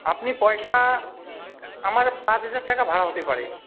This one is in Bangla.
আপনি পয়সা আমার পাঁচ হাজার টাকা ভাড়া হতে পারে